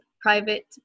private